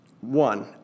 one